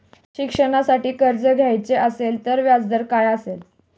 शिक्षणासाठी कर्ज घ्यायचे असेल तर व्याजदर काय असेल?